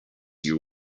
you